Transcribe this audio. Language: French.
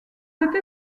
cette